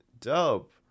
dope